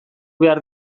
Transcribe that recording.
behar